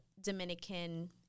Dominican